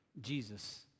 Jesus